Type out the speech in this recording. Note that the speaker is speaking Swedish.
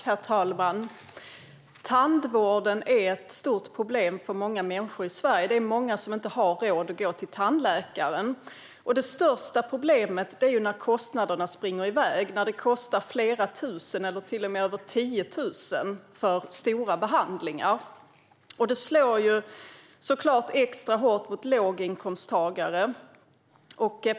Herr talman! Tandvården är ett stort problem för många människor i Sverige. Det är många som inte har råd att gå till tandläkaren. Det största problemet är när kostnaderna springer iväg, när det kostar flera tusen eller till och med över 10 000 för stora behandlingar. Det här slår såklart extra hårt mot låginkomsttagare.